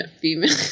female